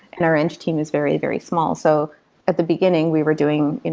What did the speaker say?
and our eng team is very, very small so at the beginning, we were doing